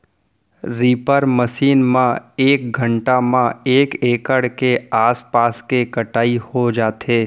reaper machine म एक घंटा म एक एकड़ के आसपास के कटई हो जाथे